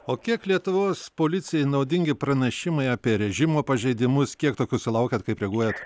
o kiek lietuvos policijai naudingi pranešimai apie režimo pažeidimus kiek tokių sulaukiat kaip reaguojat